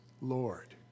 Lord